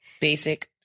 basic